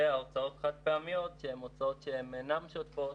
ואת ההוצאות החד-פעמיות שהן הוצאות שאינן שוטפות.